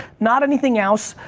not anything else.